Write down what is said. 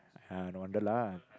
!huh! no wonder lah